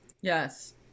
yes